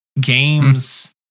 games